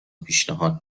پیشنهاد